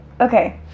Okay